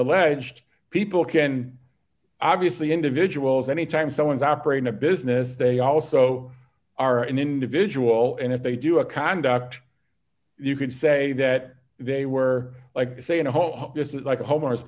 alleged people can obviously individuals any time someone's operating a business they also are an individual and if they do a conduct you could say that they were like saying the whole office is like a homeowner's